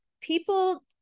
people